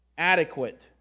Adequate